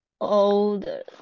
Older